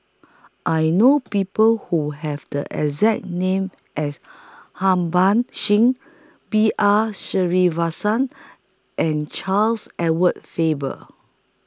I know People Who Have The exact name as Harbans Singh B R Sreenivasan and Charles Edward Faber